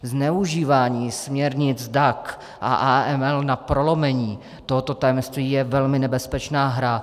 Zneužívání směrnic DAC a AML na prolomení tohoto tajemství je velmi nebezpečná hra.